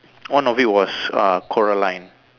one of it was uh Coraline